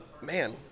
Man